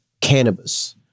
cannabis